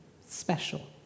special